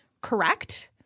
correct –